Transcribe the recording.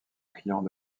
client